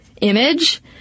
image